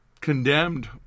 condemned